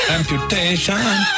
Amputation